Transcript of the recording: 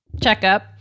checkup